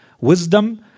Wisdom